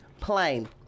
plain